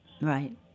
Right